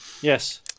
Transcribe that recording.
yes